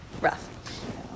rough